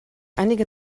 einige